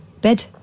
bed